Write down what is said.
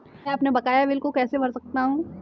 मैं अपने बकाया बिजली बिल को कैसे भर सकता हूँ?